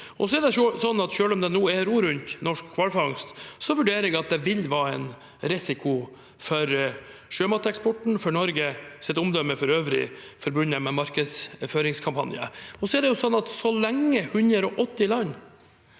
Selv om det nå er ro rundt norsk hvalfangst, vurderer jeg at det vil være en risiko for sjømateksporten og for Norges omdømme for øvrig forbundet med markedsføringskampanjer. Så lenge 180 land